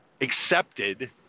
accepted